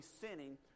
sinning